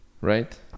right